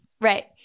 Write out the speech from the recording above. Right